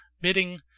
bidding